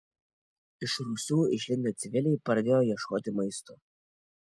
iš rūsių išlindę civiliai pradėjo ieškoti maisto